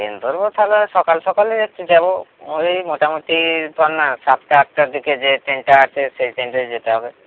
train ধরবো তাহলে সকাল সকালই একটু যাবো ওই মোটামোটি ধর না সাতটা আটটার দিকে যে ট্রেনটা আছে সেই ট্রেনটায় যেতে হবে